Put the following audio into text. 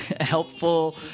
helpful